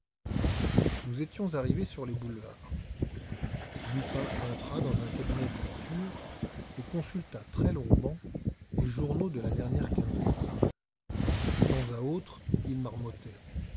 nous étions arrivés sur les boulevards lupin entra dans un cabinet de lecture et consulta très longuement les journaux de la dernière quinzaine de temps à autre il marmottait